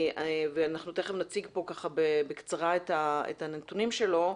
ואנחנו תכף נציג בקצרה את הנתונים שלו,